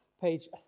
page